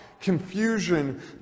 confusion